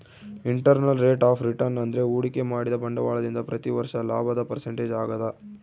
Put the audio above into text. internal rate of return ಅಂದ್ರೆ ಹೂಡಿಕೆ ಮಾಡಿದ ಬಂಡವಾಳದಿಂದ ಪ್ರತಿ ವರ್ಷ ಲಾಭದ ಪರ್ಸೆಂಟೇಜ್ ಆಗದ